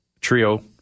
Trio